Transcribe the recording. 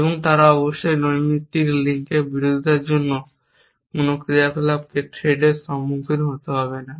এবং তারা অবশ্যই নৈমিত্তিক লিঙ্কের বিরোধের জন্য কোন ক্রিয়াকলাপকে থ্রেডর সম্মুখীন হতে হবে না